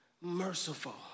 merciful